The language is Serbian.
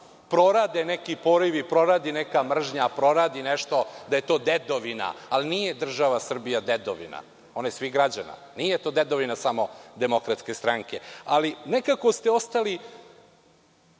prorade neki porivi, proradi neka mržnja, proradi nešto da je to dedovina, ali nije država Srbija dedovina, ona je svih građana. Nije to dedovina samo DS. Nekako ste ostali